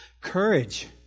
Courage